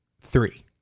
three